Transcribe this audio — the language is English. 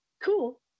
cool